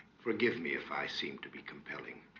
forgive me if i seem to be compelling